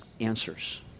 answers